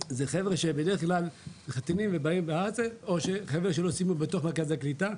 זה חבר'ה שבדרך כלל באים ואז או חבר'ה שלא סיימו בתוך מרכז הקליטה.